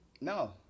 No